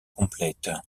complète